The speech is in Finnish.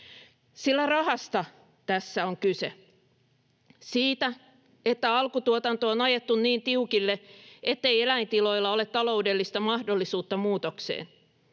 Sillä rahasta tässä on kyse: Siitä, että alkutuotanto on ajettu niin tiukille, ettei eläintiloilla ole taloudellista mahdollisuutta muutokseen.